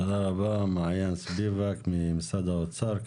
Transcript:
תודה רבה, מעין ספיבק ממשרד האוצר.